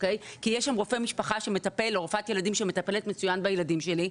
כי יש שם רופא משפחה או רופאת ילדים שמטפלת מצוין בילדים שלי,